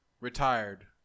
retired